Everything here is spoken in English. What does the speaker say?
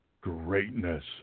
greatness